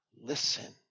Listen